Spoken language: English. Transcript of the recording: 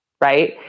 right